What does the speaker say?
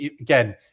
again